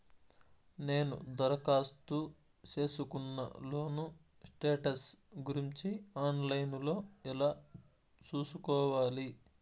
నేను దరఖాస్తు సేసుకున్న లోను స్టేటస్ గురించి ఆన్ లైను లో ఎలా సూసుకోవాలి?